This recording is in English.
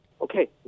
Okay